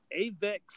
Avex